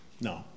no